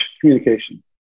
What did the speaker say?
communication